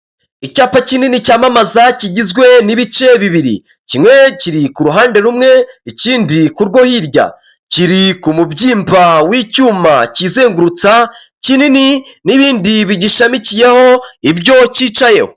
Icyapa kinini cyamamaza kigizwe n'ibice bibiri. Kimwe kiri ku ruhande rumwe, ikindi ku rwo hirya. Kiri ku mubyimba w'icyuma kizengurutsa, kinini n'ibindi bigishashamikiyeho ibyo cyicayeho.